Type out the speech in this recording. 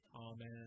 Amen